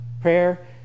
Prayer